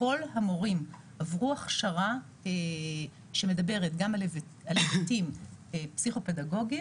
כל המורים עברו הכשרה שמדברת גם על היבטים פסיכו-פדגוגיים